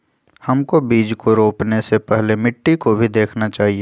हमको बीज को रोपने से पहले मिट्टी को भी देखना चाहिए?